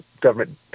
government